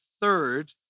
third